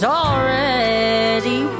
already